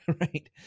right